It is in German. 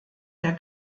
der